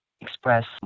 express